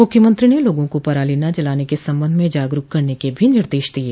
मुख्यमंत्री ने लोगों को पराली न जलाने के संबंध में जागरूक करने के भी निर्देश दिये